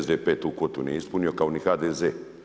SDP tu kvotu nije ispunio kao ni HDZ.